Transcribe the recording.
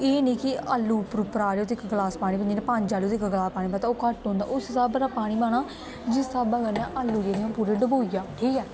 एह् निं कि आलू उप्पर उप्पर आ रे होन ते इक गलास पानी जियां पंज आलू ते इक गलास पानी पाओ ते ओह् घट्ट होंदा उस स्हाबै दा पानी पाना जिस स्हाबै कन्नै आलूं जियां पूरे डुबोई जान ठीक ऐ